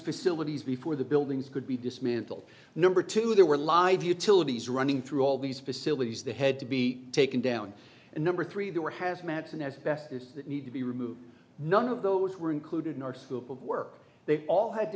facilities before the buildings could be dismantled number two there were live utilities running through all these facilities they had to be taken down and number three they were hazmat and as best as that need to be removed none of those were included in our school work they all had to